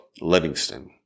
Livingston